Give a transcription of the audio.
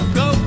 go